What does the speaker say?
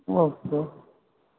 okay